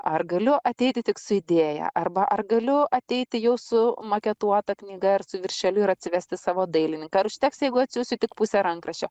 ar galiu ateiti tik su idėja arba ar galiu ateiti jau su maketuota knyga ir su viršeliu ir atsivesti savo dailininką ar užteks jeigu atsiųsiu tik pusę rankraščio